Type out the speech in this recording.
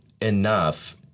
enough